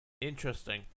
Interesting